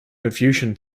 confucian